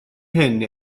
hyn